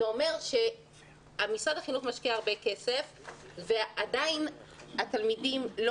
זה אומר שמשרד החינוך משקיע הרבה כסף ועדיין התלמידים לא